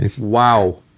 Wow